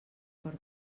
per